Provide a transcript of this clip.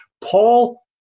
Paul